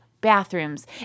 bathrooms